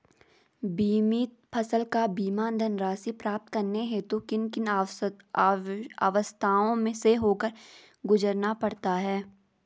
बीमित फसल का बीमा धनराशि प्राप्त करने हेतु किन किन अवस्थाओं से होकर गुजरना पड़ता है?